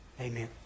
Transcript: Amen